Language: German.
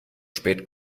spät